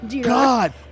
God